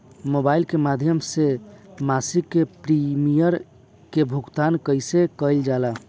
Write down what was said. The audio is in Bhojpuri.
मोबाइल के माध्यम से मासिक प्रीमियम के भुगतान कैसे कइल जाला?